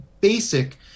basic